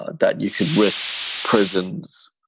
ah that you could risk prisons,